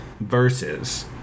Versus